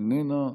איננה,